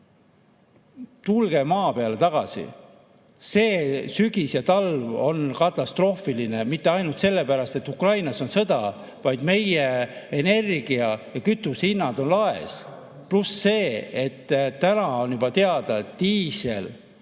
90. Tulge maa peale tagasi! See sügis ja talv on katastroofiline, mitte ainult sellepärast, et Ukrainas on sõda, vaid sellepärast, et meie energia‑ ja kütusehinnad on laes. Pluss see, et on teada, et diisel